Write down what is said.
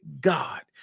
God